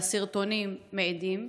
והסרטונים מעידים,